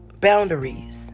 boundaries